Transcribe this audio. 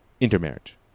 intermarriage